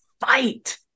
fight